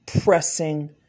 pressing